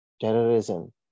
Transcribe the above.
terrorism